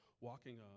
walking